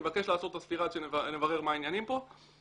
אני מבקש לעצור את הספירה עד שנברר מה העניינים פה,